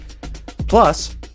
Plus